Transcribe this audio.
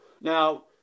Now